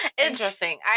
Interesting